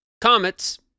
comets